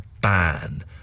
ban